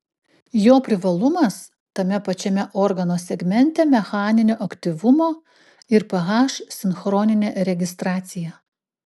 jo privalumas tame pačiame organo segmente mechaninio aktyvumo ir ph sinchroninė registracija